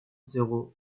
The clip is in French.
zéro